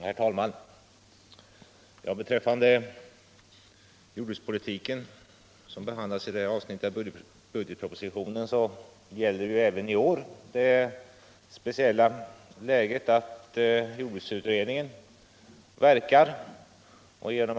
Herr talman! Beträffande jordbrukspolitiken som behandlas i det nu aktuella avsnittet av budgetpropositionen gäller även i år det speciella läget att vi har en pågående jordbruksutredning.